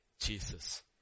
Jesus